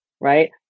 right